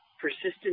persistent